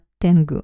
Tengu